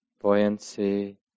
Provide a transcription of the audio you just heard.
buoyancy